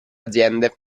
aziende